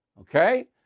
Okay